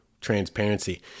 transparency